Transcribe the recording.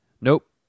Nope